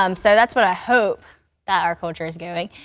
um so that's what i hope that our culture is doing.